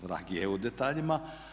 Vrag je u detaljima.